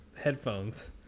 headphones